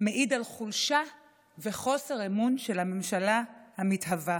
מעיד על חולשה וחוסר אמון של הממשלה המתהווה.